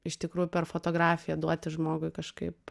iš tikrųjų per fotografiją duoti žmogui kažkaip